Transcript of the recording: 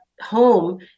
home